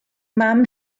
mam